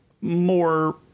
more